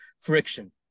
friction